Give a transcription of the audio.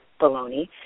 baloney